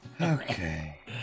Okay